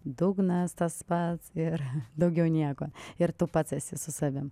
dugnas tas pats ir daugiau nieko ir tu pats esi su savim